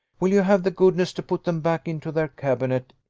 will you have the goodness to put them back into their cabinet,